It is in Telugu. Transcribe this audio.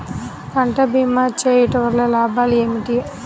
పంట భీమా చేయుటవల్ల లాభాలు ఏమిటి?